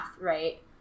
right